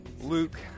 Luke